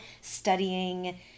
studying